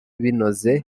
binoze